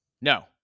No